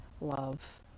love